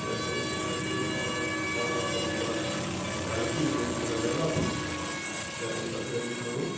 یہِ ہَسا گوٚو تھوڑا ہیوٚر پَہَن وارٕ وارٕ کٔرم تھوڑا ترقی یہِ گوٚو یہِ تھوڑا ڈیولَپ تہٕ اَمہِ پَتہٕ کٔرٕن کٲم